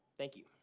thank you.